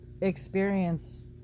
experience